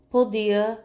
Podia